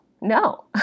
no